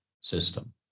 system